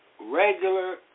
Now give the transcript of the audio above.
regular